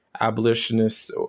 abolitionists